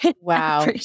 Wow